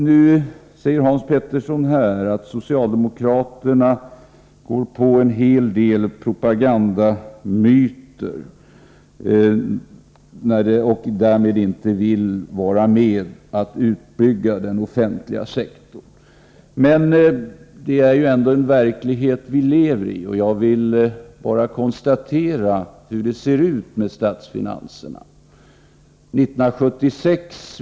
Nu säger Hans Petersson i Hallstahammar att socialdemokraterna ”går på” en hel del propagandamyter och därmed inte vill vara med om att bygga ut den offentliga sektorn. Men detta är ju ändå en verklighet som vi lever i, och jag kan i sammanhanget peka på hur det ser ut med statsfinanserna.